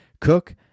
Cook